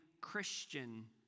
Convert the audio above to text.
Christian